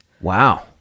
Wow